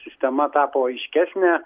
sistema tapo aiškesnė